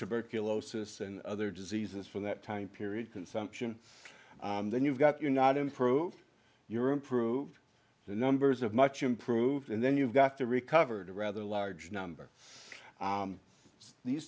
tuberculosis and other diseases from that time period consumption then you've got you're not improved you're improved the numbers of much improved and then you've got to recovered a rather large number of these